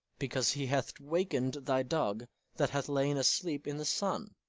because he hath wakened thy dog that hath lain asleep in the sun.